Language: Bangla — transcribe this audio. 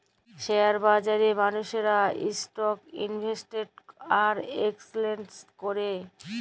শেয়ার বাজারে মালুসরা ইসটক ইলভেসেট আর একেসচেলজ ক্যরে